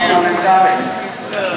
חבר הכנסת הרצוג.